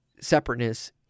separateness